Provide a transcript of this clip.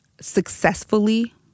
successfully